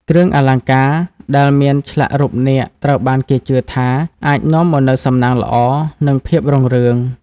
គ្រឿងអលង្ការដែលមានឆ្លាក់រូបនាគត្រូវបានគេជឿថាអាចនាំមកនូវសំណាងល្អ និងភាពរុងរឿង។